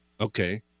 okay